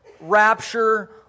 rapture